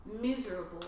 miserable